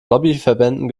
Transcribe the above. lobbyverbänden